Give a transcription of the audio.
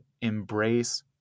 embrace